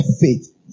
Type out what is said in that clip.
faith